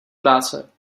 práce